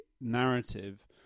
narrative